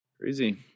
Crazy